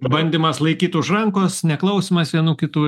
bandymas laikyt už rankos neklausymas vienų kitų